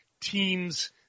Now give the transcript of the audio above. teams